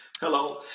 Hello